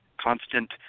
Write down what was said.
constant